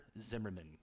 Zimmerman